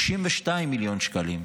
32 מיליון שקלים,